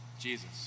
Jesus